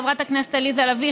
חברת הכנסת עליזה לביא,